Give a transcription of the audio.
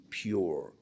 pure